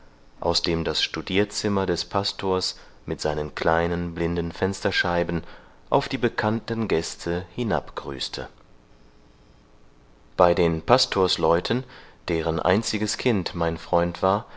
aus dem das studierzimmer des pastors mit seinen kleinen blinden fensterscheiben auf die bekannten gäste hinabgrüßte bei den pastorsleuten deren einziges kind mein freund war